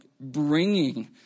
bringing